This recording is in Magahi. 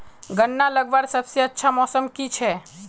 गन्ना लगवार सबसे अच्छा मौसम की छे?